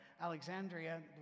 Alexandria